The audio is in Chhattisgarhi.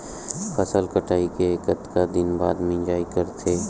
फसल कटाई के कतका दिन बाद मिजाई करथे?